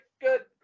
good